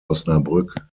osnabrück